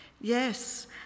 Yes